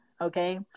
okay